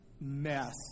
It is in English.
mess